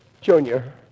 Junior